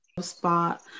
spot